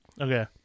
Okay